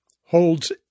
holds